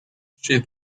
she